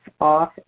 off